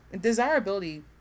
desirability